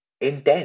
intent